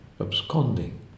absconding